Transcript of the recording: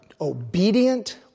obedient